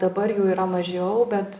dabar jų yra mažiau bet